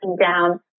down